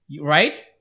right